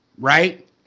right